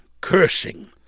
cursing